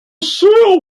sale